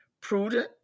prudent